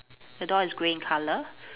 the door is grey in color